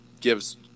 gives